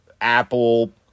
Apple